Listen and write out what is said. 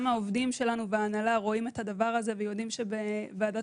גם העובדים שלנו וההנהלה רואים את הדבר הזה ויודעים שבוועדת